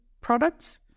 products